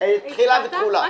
יש